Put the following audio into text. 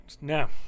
Now